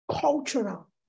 cultural